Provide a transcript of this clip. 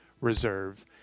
reserve